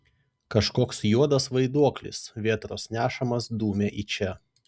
kažkoks juodas vaiduoklis vėtros nešamas dumia į čia